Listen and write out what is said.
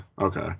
okay